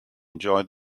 enjoy